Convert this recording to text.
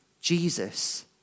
Jesus